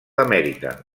amèrica